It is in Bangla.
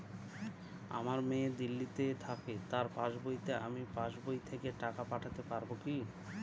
আমার মেয়ে দিল্লীতে থাকে তার পাসবইতে আমি পাসবই থেকে টাকা পাঠাতে পারব কি?